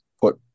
put